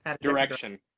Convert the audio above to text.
direction